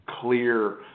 clear